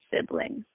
siblings